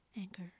anchor